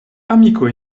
amiko